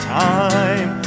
time